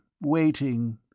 waiting